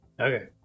Okay